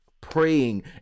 praying